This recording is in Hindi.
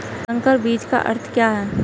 संकर बीज का अर्थ क्या है?